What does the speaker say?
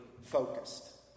focused